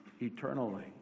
eternally